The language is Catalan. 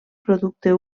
producte